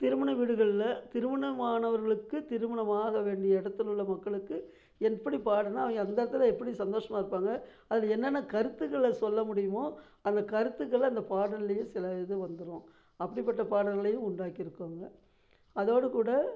திருமண வீடுகளில் திருமணமானவர்களுக்கு திருமணம் ஆக வேண்டிய இடத்துல உள்ள மக்களுக்கு எப்படி பாடணும் அவங்க அந்த இடத்துல எப்படி சந்தோஷமாக இருப்பாங்க அதில் என்னென்ன கருத்துக்களை சொல்ல முடியுமோ அந்த கருத்துக்களை அந்த பாடல்லேயே சில இது வந்துடும் அப்படிப்பட்ட பாடல்களையும் உண்டாக்கி இருக்காங்க அதோடு கூட